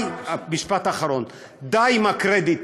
משפט אחרון, די עם הקרדיט.